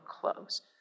close